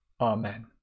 Amen